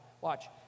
Watch